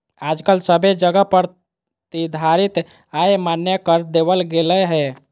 आजकल सभे जगह प्रतिधारित आय मान्य कर देवल गेलय हें